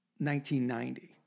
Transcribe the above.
1990